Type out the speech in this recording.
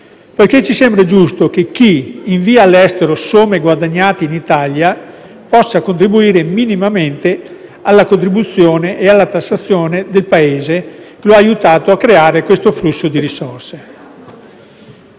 perché ci sembra giusto che chi invia all'estero somme guadagnate in Italia possa contribuire in minima parte alla contribuzione e alla tassazione del Paese che lo ha aiutato a creare questo flusso di risorse.